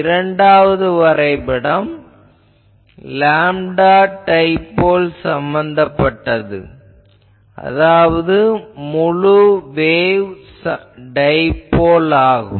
இரண்டாவது வரைபடம் lambda dipole சம்பந்தமானது அதாவது முழு வேவ் டைபோல் ஆகும்